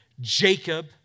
Jacob